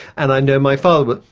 and i know my father, but